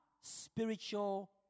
spiritual